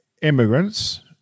Immigrants